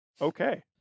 Okay